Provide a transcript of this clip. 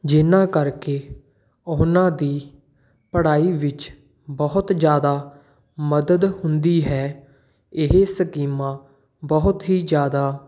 ਜਿਹਨਾਂ ਕਰਕੇ ਉਹਨਾਂ ਦੀ ਪੜ੍ਹਾਈ ਵਿੱਚ ਬਹੁਤ ਜ਼ਿਆਦਾ ਮਦਦ ਹੁੰਦੀ ਹੈ ਇਹ ਸਕੀਮਾਂ ਬਹੁਤ ਹੀ ਜ਼ਿਆਦਾ